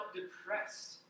depressed